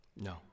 No